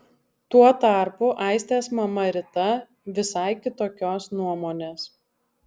tuo tarpu aistės mama rita visai kitokios nuomonės